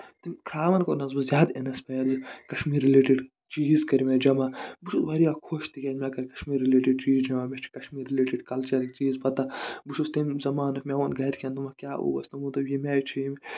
تٔمۍ کھروَن کوٚرنَس بہٕ زیادٕ اِنَسپَیر زِ کَشمیٖر رِلٮ۪ٹٔڈ چیٖز کٔر مےٚ جمع بہٕ چھُس واریاہ خۄش تِکیازِ مےٚ کٔرۍ کَشمیٖر رِلٮ۪ٹٔڈ چیٖز جمع مےٚ چھِ کَشمیٖر رِلٮ۪ٹٔڈ کَلچرٕکۍ چیٖز پَتہ بہٕ چھُس تَمیُک زَمانُک کہِ مےٚ ووٚنۍ گرِکٮ۪ن مطلب کیاہ اوس تَمَو دوٚپ ییٚمہِ آیہِ چھُ